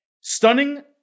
Stunning